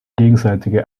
gegenseitige